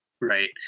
right